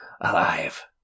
Alive